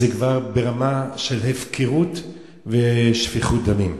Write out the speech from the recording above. זה כבר ברמה של הפקרות ושפיכות דמים.